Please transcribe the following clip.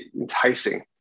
enticing